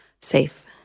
Safe